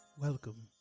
Welcome